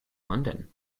london